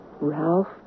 Ralph